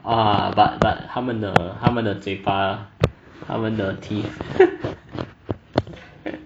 ah but but 他们的他们的嘴巴他们的 teeth right